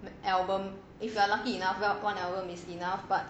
the album if you are lucky enough well one album is enough